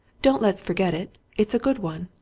don't let's forget it it's a good one.